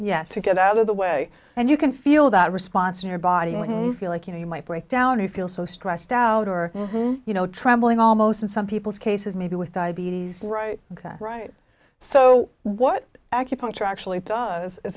yes to get out of the way and you can feel that response in your body when you feel like you know you might break down you feel so stressed out or you know trembling almost in some people's cases maybe with diabetes right right so what acupuncture actually does is